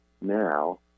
now